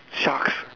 shucks